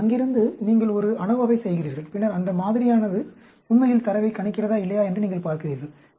எனவே அங்கிருந்து நீங்கள் ஒரு ANOVA ஐ செய்கிறீர்கள் பின்னர் அந்த மாதிரியானது உண்மையில் தரவை கணிக்கிறதா இல்லையா என்று நீங்கள் பார்க்கிறீர்கள்